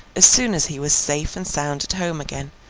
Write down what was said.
as soon as he was safe and sound at home again,